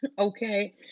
Okay